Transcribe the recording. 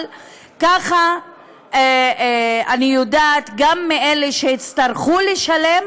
אבל ככה אני יודעת גם מאלה שהצטרכו לשלם